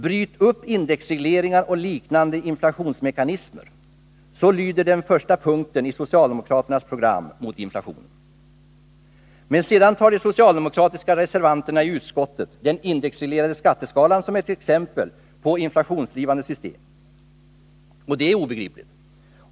”Bryt upp indexregleringar och liknande inflationsmekanismer” — så lyder första punkten i socialdemokraternas program mot inflationen. Men sedan tar de socialdemokratiska reservanterna i utskottet den indexreglerade skatteskalan som ett exempel på inflationsdrivande system. Och det är obegripligt.